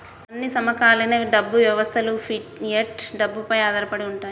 అన్ని సమకాలీన డబ్బు వ్యవస్థలుఫియట్ డబ్బుపై ఆధారపడి ఉంటాయి